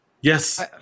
Yes